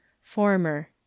former